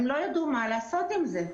הן לא ידעו מה לעשות עם זה.